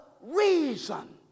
reason